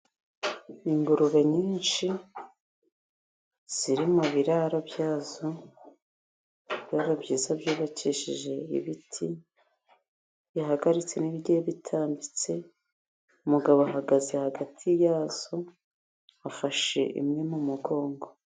Ingurube nyinshi ziri mu biraro byazo. Ibiraro byiza byubakishije ibiti bihagaritse, n'ibigiye bitambitse, umugabo ahagaze hagati yazo, afashe imwe mu mugongo.